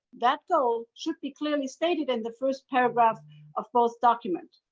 that goal should be clearly stated in the first paragraph of false document.